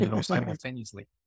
simultaneously